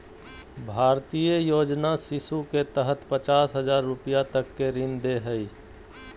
भारतीय योजना शिशु के तहत पचास हजार रूपया तक के ऋण दे हइ